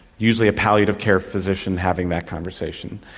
usually a palliative care physician having that conversation,